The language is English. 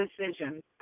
decision